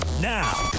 now